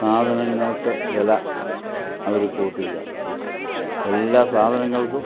സാധനങ്ങൾക്ക് വില അവർ കൂട്ടില്ല എല്ലാ സാധനങ്ങൾക്കും